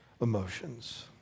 emotions